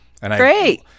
Great